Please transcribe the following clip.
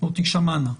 או תישמענה.